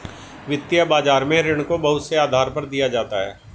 वित्तीय बाजार में ऋण को बहुत से आधार पर दिया जाता है